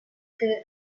que